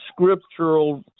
scriptural